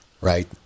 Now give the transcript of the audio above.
right